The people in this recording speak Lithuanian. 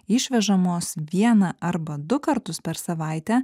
išvežamos vieną arba du kartus per savaitę